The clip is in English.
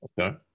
Okay